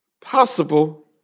possible